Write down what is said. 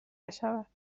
بشود